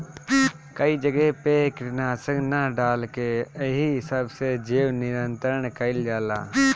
कई जगह पे कीटनाशक ना डाल के एही सब से जैव नियंत्रण कइल जाला